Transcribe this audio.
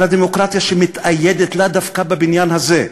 על הדמוקרטיה שמתאיידת לה דווקא בבניין הזה.